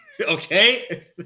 Okay